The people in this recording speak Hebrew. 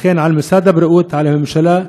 לכן, על משרד הבריאות, על הממשלה,